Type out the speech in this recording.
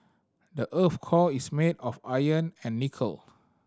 the earth's core is made of iron and nickel